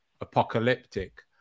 apocalyptic